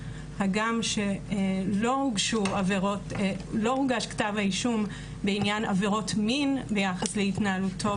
הגם שלא הוגש כתב אישום בעניין עבירות מין ביחס להתנהלותו,